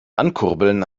ankurbeln